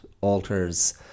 alters